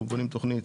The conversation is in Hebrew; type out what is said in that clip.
אנחנו בונים תוכנית